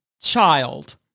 child